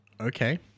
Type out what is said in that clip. Okay